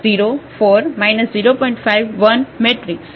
5C1 4C3 0